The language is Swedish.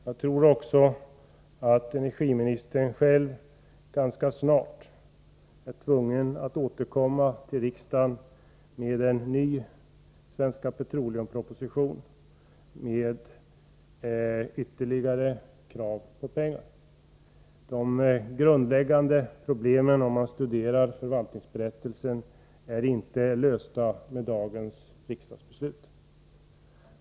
Jag tror också att energiministern själv ganska snart är tvungen att återkomma till riksdagen med en ny SP-proposition med ytterligare krav på pengar. De grundläggande problemen — det finner man om man studerar förvaltningsberättelsen — är inte lösta med dagens riksdagsbeslut.